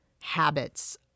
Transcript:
habits